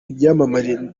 ibyamamare